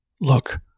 Look